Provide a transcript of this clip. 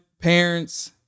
parents